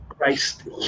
christ